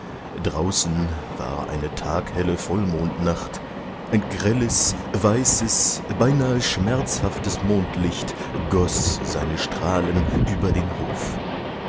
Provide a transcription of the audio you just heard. draußen war eine taghelle vollmondnacht ein grelles weißes beinahe schmerzhaftes mondlicht goß seine strahlen über den hof